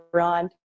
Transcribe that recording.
on